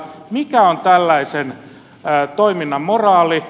mikä on tällaisen toiminnan moraali